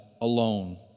alone